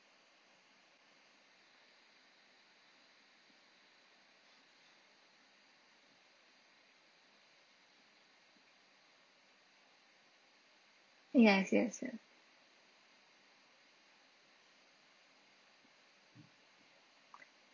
yes yes yes